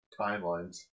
timelines